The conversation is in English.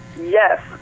Yes